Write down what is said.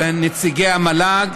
את נציגי המל"ג,